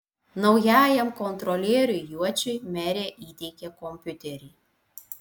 naujajam kontrolieriui juočiui merė įteikė kompiuterį